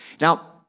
Now